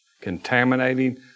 contaminating